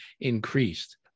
increased